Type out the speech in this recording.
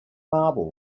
marble